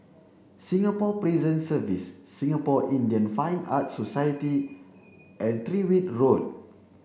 Singapore Prison Service Singapore Indian Fine Arts Society and Tyrwhitt Road